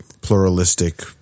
pluralistic